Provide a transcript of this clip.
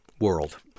world